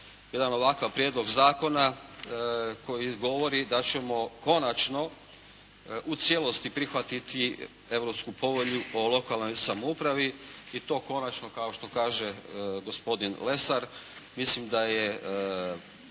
jedan ovakav prijedlog zakona koji govori da ćemo konačno u cijelosti prihvatiti Europsku povelju o lokalnoj samoupravi i to konačno kao što kaže gospodin Lesar. Mislim da je